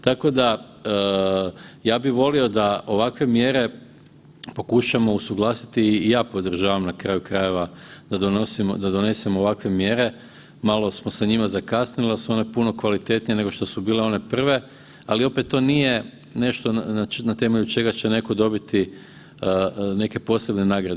Tako da, ja bi volio da ovakve mjere pokušamo usuglasiti i ja podržavam na kraju krajeva da donesemo ovakve mjere, malo smo sa njima zakasnili, al su one puno kvalitetnije nego što su bile one prve, ali opet to nije nešto na temelju čega će neko dobiti neke posebne nagrade.